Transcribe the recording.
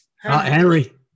Henry